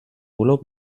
urlaub